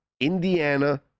Indiana